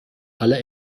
alle